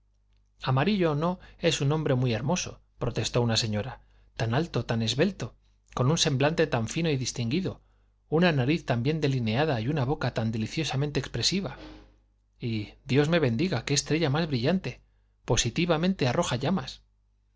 amarillo o no es un hombre muy hermoso protestó una señora tan alto tan esbelto con un semblante tan fino y distinguido una nariz tan bien delineada y una boca tan deliciosamente expresiva y dios me bendiga qué estrella más brillante positivamente arroja